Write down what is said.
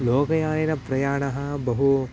लोकयानेन प्रयाणः बहु